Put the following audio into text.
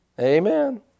Amen